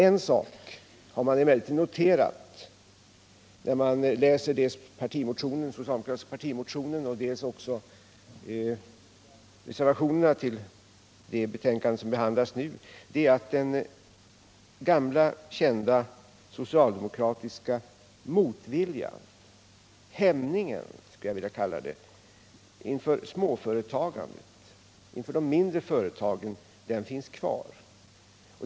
En sak har man emellertid noterat när man läst dels den socialdemokratiska partimotionen, dels reservationerna vid det betänkande som behandlas nu, nämligen att den gamla kända socialdemokratiska motviljan — hämningen skulle jag vilja kalla det — inför de mindre företagen finns kvar.